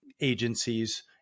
agencies